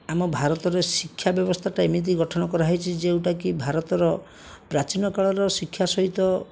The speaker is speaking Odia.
ଆମ ଭାରତରେ ଶିକ୍ଷା ବ୍ୟବସ୍ଥାଟା ଏମିତି ଗଠନ କରାହେଇଛି ଯେଉଁଟାକି ଭାରତର ପ୍ରାଚୀନକାଳର ଶିକ୍ଷା ସହିତ